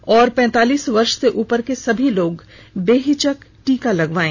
और पैंतालीस वर्ष से उपर के सभी लोग बेहिचक टीका लगवायें